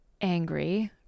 angry